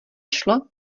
šlo